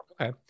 okay